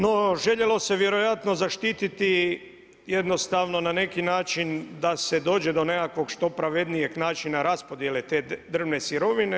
No, željelo se vjerojatno zaštititi jednostavno na neki način da se dođe do nekakvog što pravednijeg načina raspodjele te drvne sirovine.